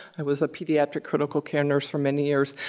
i was a pediatric critical care nurse for many years,